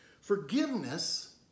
forgiveness